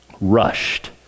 rushed